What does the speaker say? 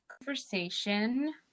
conversation